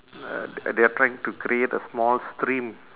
uh th~ they are trying to create a small stream